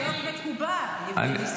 חבל להיות מקובע, יבגני סובה.